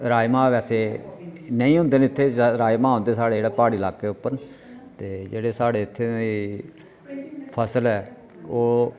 राजमा वैसे नेईं होंदे न इत्थै राजमा होन ते साढ़े जेह्ड़ा प्हाड़ी इलाके उप्पर ते जेह्ड़े साढ़े इत्थै फसल ऐ ओह्